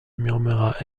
murmura